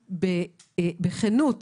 היום בכנות